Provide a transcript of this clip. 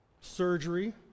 surgery